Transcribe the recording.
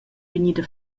vegnida